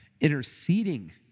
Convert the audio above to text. interceding